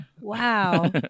Wow